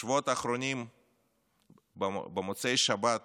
בשבועות האחרונים במוצאי שבת